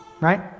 right